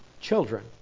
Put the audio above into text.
children